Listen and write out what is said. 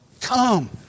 come